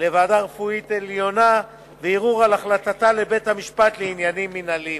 לוועדה רפואית עליונה וערעור על החלטתה לבית-משפט לעניינים מינהליים.